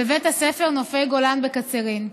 בבית הספר נופי גולן בקצרין.